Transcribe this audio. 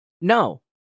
No